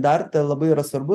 dar labai yra svarbu